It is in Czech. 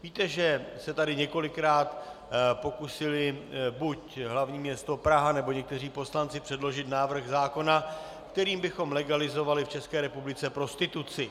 Víte, že se tady několikrát pokusili buď hlavní město Praha, nebo někteří poslanci předložit návrh zákona, kterým bychom legalizovali v České republice prostituci.